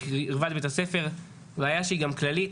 בקרבת בית הספר, בעיה שהיא גם כללית.